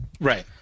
Right